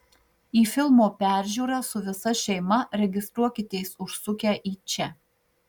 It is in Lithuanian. į filmo peržiūrą su visa šeima registruokitės užsukę į čia